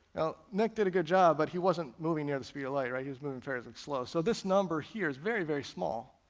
now nick did a good job, but he wasn't moving near the speed of light, he was moving fairly slow, so this number here is very very small,